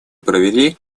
провели